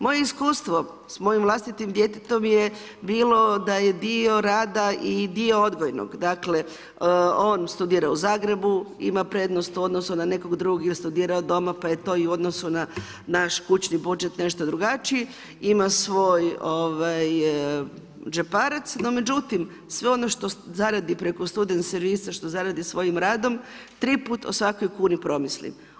Moje iskustvo s mojim vlastitim djetetom je bilo da je dio rada i dio odgojnog, dakle on studira u Zagrebu ima prednost u odnosu na nekog drugog jer je studirao doma pa je to i u odnosu na naš kućni budžet nešto drugačiji, ima svoj džeparac, no međutim sve ono što zaradi preko student servisa, što zaradi svojim radom tri put o svakoj kuni promisli.